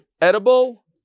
edible